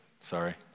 Sorry